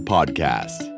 Podcast